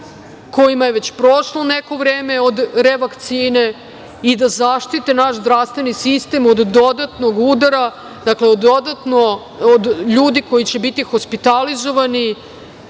kojima je već prošlo neko vreme od revakcine i da zaštite naš zdravstveni sistem od dodatnog udara, dakle od ljudi koji će biti hospitalizovani. Zbog